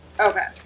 Okay